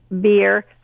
beer